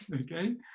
okay